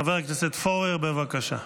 חבר הכנסת פורר, בבקשה.